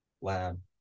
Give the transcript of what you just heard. lab